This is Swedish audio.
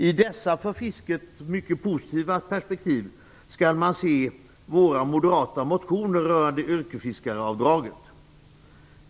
I dessa för fisket mycket positiva perspektiv skall man se de motioner från oss moderater som rör yrkesfiskaravdraget.